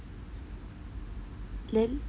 then